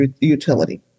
utility